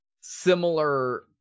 similar